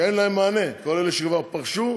שאין להם מענה, כל אלה שכבר פרשו.